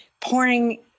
pouring